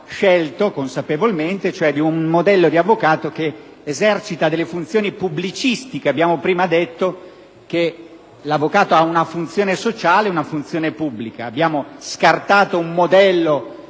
scelto consapevolmente, cioè con un modello di avvocato che esercita delle funzioni pubblicistiche. Abbiamo prima detto che l'avvocato ha una funzione sociale e una funzione pubblica. Abbiamo scartato un modello che